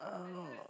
oh